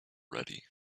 ready